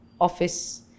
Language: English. office